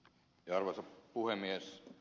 arvoisa puhemies